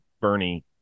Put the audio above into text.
Bernie